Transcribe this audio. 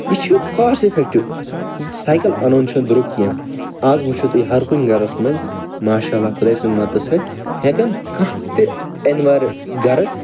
یہِ چھُ کواسٹہٕ اِفیٚکٹِو یہِ سایکَل اَنُن چھُنہٕ دروٚگ کیٚنٛہہ آز وُچھو تُہۍ ہر کُنہ گھرَس مَنٛز ماشاء اللہ خۄداے سٕنٛزِ مَدتہٕ سۭتۍ ہیٚکَن کانٛہہ تہِ ایٚنوَر گھرٕ